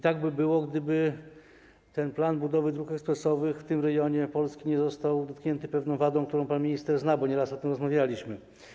Tak by było, gdyby ten plan budowy dróg ekspresowych w tym rejonie Polski nie został dotknięty pewną wadą, którą pan minister zna, bo nieraz o tym rozmawialiśmy.